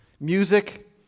music